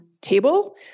table